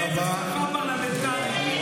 איזה שפה פרלמנטרית.